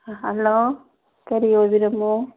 hello ꯀꯔꯤ ꯑꯣꯏꯕꯤꯔꯕꯅꯣ